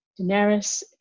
daenerys